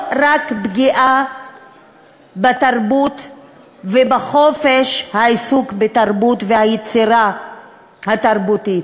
לא רק פגיעה בתרבות ובחופש העיסוק בתרבות והיצירה התרבותית,